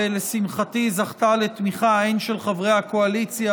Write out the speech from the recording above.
ולשמחתי זכתה לתמיכה הן של חברי הקואליציה